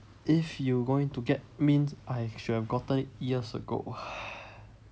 if you going to get means I should have gotten it years ago